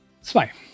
Zwei